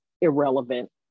irrelevant